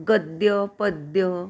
गद्य पद्य